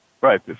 Right